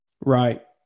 Right